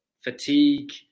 fatigue